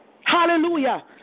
Hallelujah